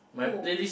who